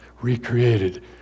recreated